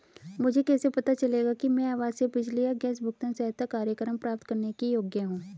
मुझे कैसे पता चलेगा कि मैं आवासीय बिजली या गैस भुगतान सहायता कार्यक्रम प्राप्त करने के योग्य हूँ?